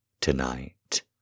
tonight